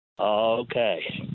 Okay